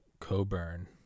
Coburn